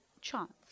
chance